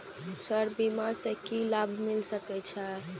Sir बीमा से की लाभ मिल सके छी?